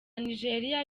nigeria